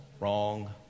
wrong